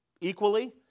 equally